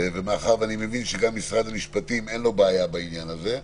ומאחר ואני מבין שגם משרד המשפטים אין לו בעיה בעניין הזה,